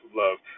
love